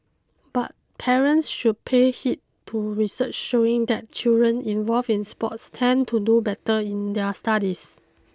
but parents should pay heed to research showing that children involved in sports tend to do better in their studies